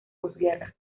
posguerra